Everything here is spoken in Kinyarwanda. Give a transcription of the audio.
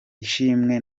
ishimwe